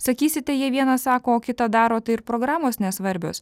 sakysite jei vieną sako o kitą daro tai ir programos nesvarbios